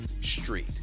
Street